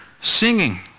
singing